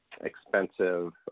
expensive